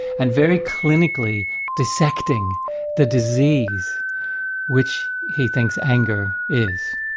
and very clinically dissecting the disease which he thinks anger is,